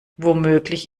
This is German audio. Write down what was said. womöglich